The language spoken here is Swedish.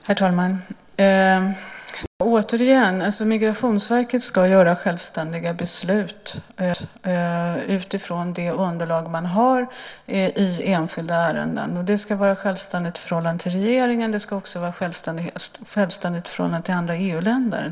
Herr talman! Migrationsverket ska - återigen - fatta självständiga beslut utifrån det underlag man har i enskilda ärenden. Det ska vara självständigt i förhållande till regeringen. Det ska också vara självständigt i förhållande till andra EU-länder.